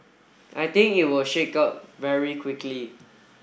I think it will shake out very quickly